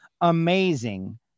amazing